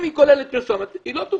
אם היא כוללת פרסומת, היא לא תוחרג.